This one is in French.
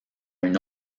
une